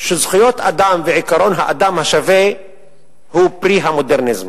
שזכויות אדם ועקרון האדם השווה הם פרי המודרניזם,